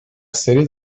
سری